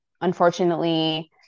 unfortunately